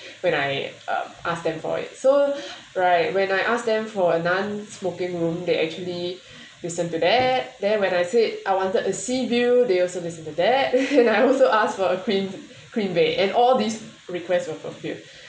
when I um ask them for it so right when I ask them for a non smoking room they actually listen to that then when I say I wanted a sea view they also listen to that and I also ask for a queen queen bed and all these requests were fulfilled